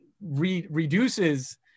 reduces